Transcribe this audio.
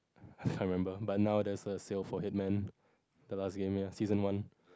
I remember but now there is a sale for Headman the last game ya season one